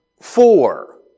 four